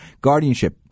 guardianship